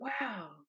wow